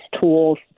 tools